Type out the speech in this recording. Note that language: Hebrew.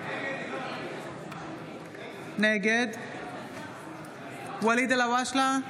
נגד ואליד אלהואשלה,